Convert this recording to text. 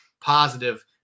positive